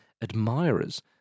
admirers